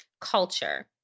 culture